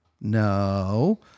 No